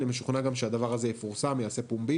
אני משוכנע גם שהדבר הזה יפורסם, יעשה פומבי,